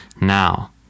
Now